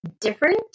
different